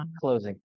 closing